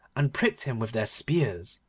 and pricked him with their spears.